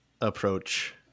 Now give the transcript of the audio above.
approach